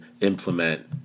implement